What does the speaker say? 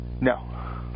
No